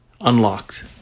Unlocked